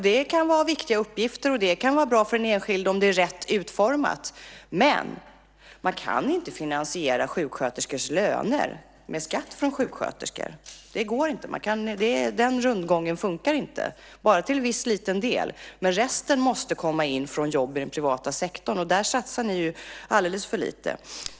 Det kan visst vara viktiga uppgifter och bra för den enskilde, om det är rätt utformat, men man kan inte finansiera sjuksköterskors löner med skatt från sjuksköterskor. Det går inte. En sådan rundgång funkar inte, utom kanske till en mycket liten del. Resten måste komma in från jobb i den privata sektorn. Där satsar ni alldeles för lite.